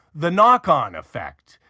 the knock-on effect,